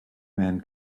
man